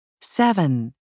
Seven